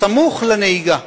סמוך לנהיגה.